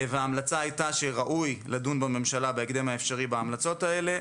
ההמלצה הייתה שראוי לדון בממשלה בהקדם האפשרי בהמלצות האלה,